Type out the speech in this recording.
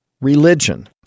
religion